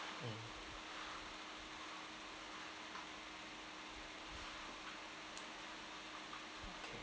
mm